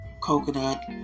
coconut